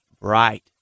Bright